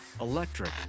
electric